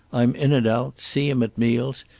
i'm in and out, see him at meals,